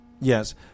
Yes